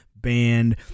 band